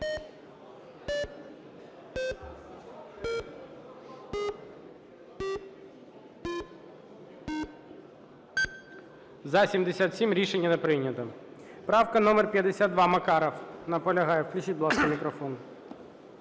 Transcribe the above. За-77 Рішення не прийнято. Правка номер 52, Макаров. Наполягає. Включіть, будь ласка, мікрофон.